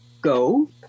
go